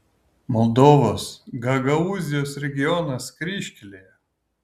moldovos gagaūzijos regionas kryžkelėje